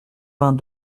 vingt